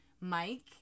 Mike